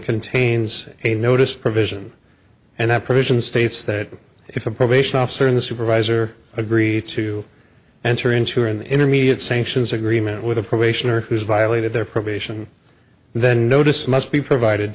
contains a notice provision and that provision states that if a probation officer in the supervisor agree to enter ensure an intermediate sanctions agreement with a probation or has violated their probation then notice must be provided